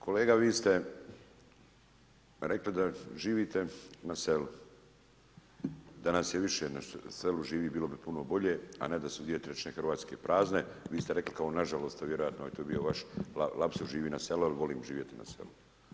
Kolega vi ste rekli da živite na selu, da nas je više da na selu živi bilo bi puno bolje, a ne da su dvije trećine Hrvatske prazne, vi ste rekli kao nažalost, a vjerojatno je to bio vaš lapsus živi na selu jer volim živjeti na selu.